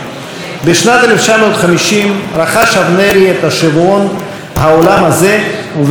בשנת 1950 רכש אבנרי את השבועון "העולם הזה" וב-40 השנים